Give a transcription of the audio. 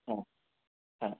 हां हां